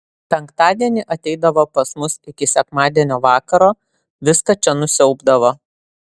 penktadienį ateidavo pas mus iki sekmadienio vakaro viską čia nusiaubdavo